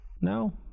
No